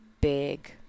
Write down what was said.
big